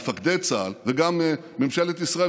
מפקדי צה"ל וגם ממשלת ישראל,